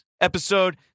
episode